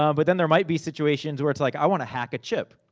um but then there might be situations where it's like, i want to hack a chip.